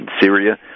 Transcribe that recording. Syria